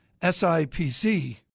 SIPC